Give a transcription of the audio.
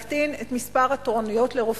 העניין הוא להקטין את מספר התורנויות לרופאים,